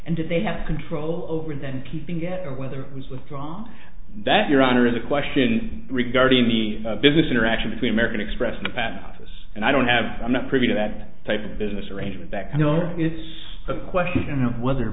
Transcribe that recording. and if they have control over then keeping it or whether it was withdrawn that your honor is a question regarding the business interaction between american express the patent office and i don't have i'm not privy to that type of business arrangement that i know it's a question of whether